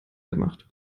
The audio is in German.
gemacht